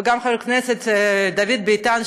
וגם את חבר הכנסת דוד ביטן,